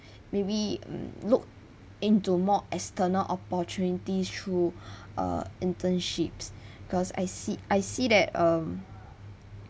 maybe mm look into more external opportunities through uh internships because I see I see that um